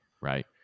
Right